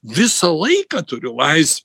visą laiką turiu lais